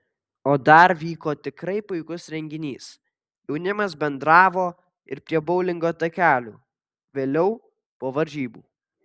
o dar vyko tikrai puikus renginys jaunimas bendravo ir prie boulingo takelių vėliau po varžybų